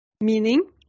meaning